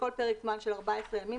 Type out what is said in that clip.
בכל פרק זמן של 14 ימים,